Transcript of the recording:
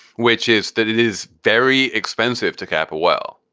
which is that it is very expensive to cap a well,